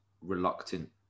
reluctant